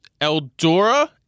Eldora